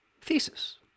Thesis